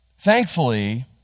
thankfully